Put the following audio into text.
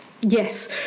Yes